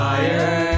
Fire